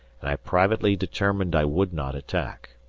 and i privately determined i would not attack.